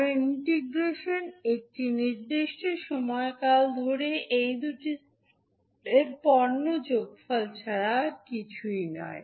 কারণ ইন্টিগ্রেশন একটি নির্দিষ্ট সময়কাল ধরে এই দুটি সিগন্যালের পণ্য যোগফল ছাড়া কিছুই নয়